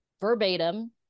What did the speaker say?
verbatim